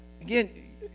Again